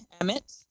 Emmett